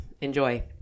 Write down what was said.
Enjoy